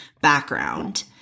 background